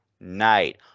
Night